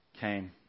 came